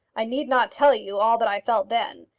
i need not tell you all that i felt then.